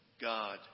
God